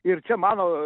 ir čia mano